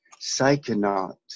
psychonaut